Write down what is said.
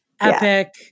Epic